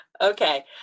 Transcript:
Okay